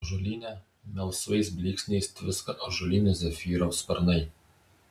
ąžuolyne melsvais blyksniais tviska ąžuolinio zefyro sparnai